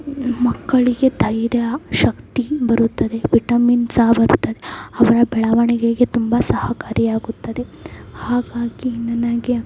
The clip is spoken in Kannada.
ಮಕ್ಕಳಿಗೆ ಧೈರ್ಯ ಶಕ್ತಿ ಬರುತ್ತದೆ ವಿಟಮಿನ್ ಸಹ ಬರುತ್ತದೆ ಅವರ ಬೆಳವಣಿಗೆಗೆ ತುಂಬ ಸಹಕಾರಿಯಾಗುತ್ತದೆ ಹಾಗಾಗಿ ನನಗೆ